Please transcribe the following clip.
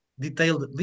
detailed